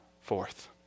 forth